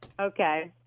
Okay